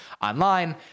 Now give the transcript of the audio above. online